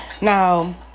Now